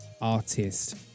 artist